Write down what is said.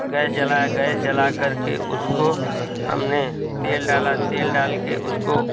gas जलाया gas जला कर के उसको हमने तेल डाला तेल डाल कर उसको